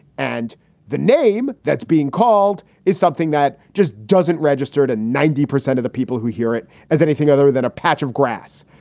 and the name that's being called is something that just doesn't register to ninety percent of the people who hear it as anything other than a patch of grass.